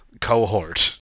cohort